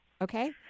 Okay